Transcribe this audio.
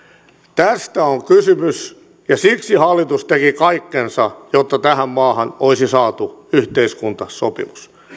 tästä on kysymys ja siksi hallitus teki kaikkensa jotta tähän maahan olisi saatu yhteiskuntasopimus